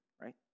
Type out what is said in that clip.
right